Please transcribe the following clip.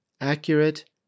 accurate